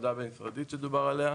הוועדה המשרדית שדובר עליה,